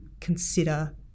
consider